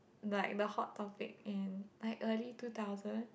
like the hot topic in like early two thousand